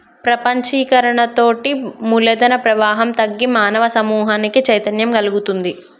ప్రపంచీకరణతోటి మూలధన ప్రవాహం తగ్గి మానవ సమూహానికి చైతన్యం గల్గుతుంది